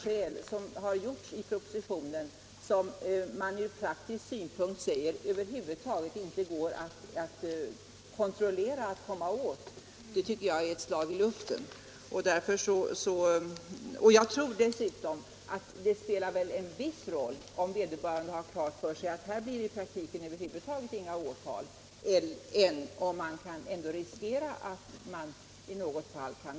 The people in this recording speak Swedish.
Att såsom man gjort i propositionen ange sådana rekvisit för åtal som praktiskt inte går att kontrollera eller komma åt tycker jag är ett slag i luften. Jag tror dessutom att det spelar en viss roll i praktiken om en person i sådana här fall har klart för sig att det inte blir några åtal över huvud taget eller om vederbörande vet att man kan riskera åtal.